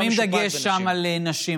אני שומע על תוכניות